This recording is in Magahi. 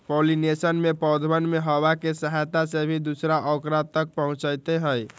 पॉलिनेशन में पौधवन में हवा के सहायता से भी दूसरा औकरा तक पहुंचते हई